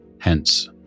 hence